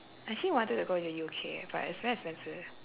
actually wanted to go to U_K but it's very expensive